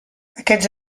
aquests